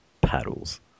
Paddles